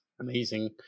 amazing